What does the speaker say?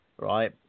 right